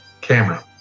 camera